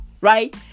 right